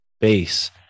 base